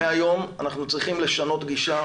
מהיום אנחנו צריכים לשנות גישה.